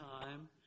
time